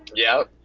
yeah,